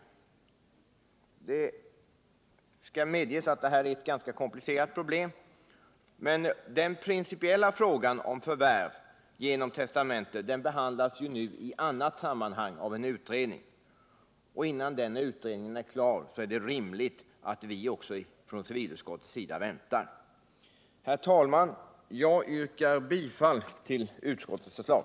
Det skall medges att detta är ett ganska komplicerat problem, men den principiella frågan om förvärv genom testamente behandlas ju i annat sammanhang av en utredning. Innan den utredningen är klar är det rimligt att vi inom civilutskottet väntar. Herr talman! Jag yrkar bifall till utskottets förslag.